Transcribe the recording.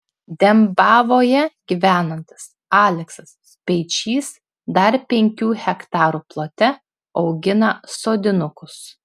dembavoje gyvenantis aleksas speičys dar penkių hektarų plote augina sodinukus